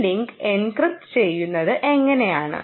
ഈ link encrypt ചെയ്യുന്നത് എങ്ങനെയാണ്